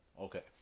Okay